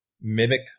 mimic